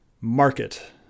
market